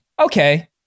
okay